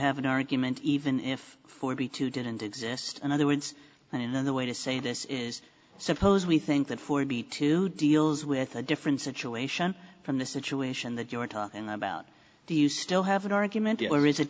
have an argument even if forty two didn't exist in other words and then the way to say this is suppose we think that forty two deals with a different situation from the situation that you're into and about do you still have an argument or is it